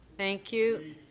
thank you.